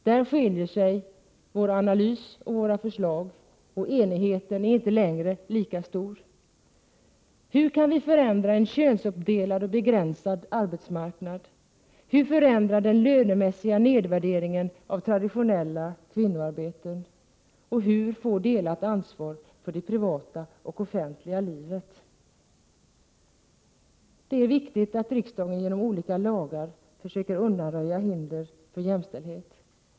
Där skiljer sig våra analyser och våra förslag, och enigheten är inte lika stor. Hur kan vi | förändra en könsuppdelad och begränsad arbetsmarknad? Hur kan vi förändra den lönemässiga nedvärderingen av traditionella kvinnoarbeten? Och hur kan vi få delat ansvar för det privata och offentliga livet? Det är viktigt att riksdagen genom olika lagar försöker undanröja hinder för jämställdhet.